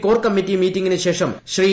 core committee മീറ്റിംഗിനു ശേഷം ശ്രീ